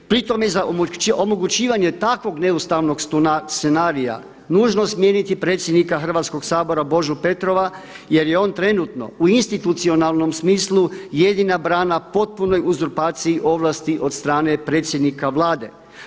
Pri tome za omogućivanje takvog neustavnog scenarija nužno smijeniti predsjednika Hrvatskoga sabora Božu Petrova jer je on trenutno u institucionalnom smislu jedina brana potpunoj uzurpaciji ovlasti od strane predsjednika Vlade.